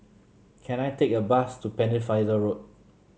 can I take a bus to Pennefather Road